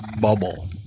bubble